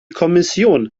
kommission